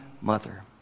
mother